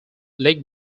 leg